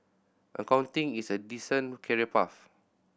accounting is a decent career path